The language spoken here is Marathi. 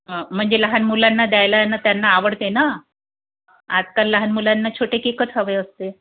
म्हणजे लहान मुलांना द्यायला अन त्यांना आवडते न आजकाल लहान मुलांना छोटे केकच हवे असते